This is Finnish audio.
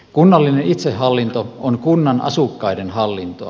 kunnallinen itsehallinto on kunnan asukkaiden hallintoa